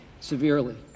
severely